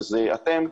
שזה אתם,